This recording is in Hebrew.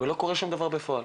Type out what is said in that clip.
ולא קורה שום דבר בפועל.